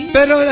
Pero